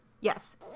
yes